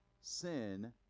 sin